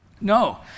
No